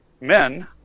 men